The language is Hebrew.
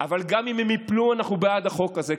אבל גם אם הן ייפלו, אנחנו בעד החוק הזה.